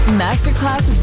masterclass